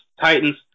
Titans